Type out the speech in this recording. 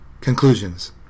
Conclusions